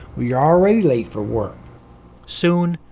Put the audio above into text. you're already late for work soon,